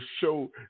show